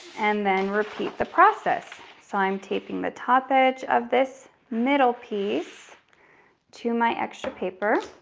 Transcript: and then repeat the process. so i'm taping the top edge of this middle piece to my extra paper.